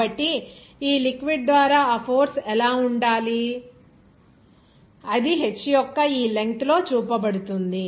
కాబట్టి ఈ లిక్విడ్ ద్వారా ఆ ఫోర్స్ ఎలా ఉండాలి అది h యొక్క ఈ లెంగ్త్ లో చూపబడుతుంది